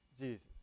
Jesus